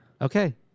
Okay